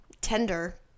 tender